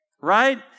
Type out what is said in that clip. right